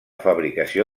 fabricació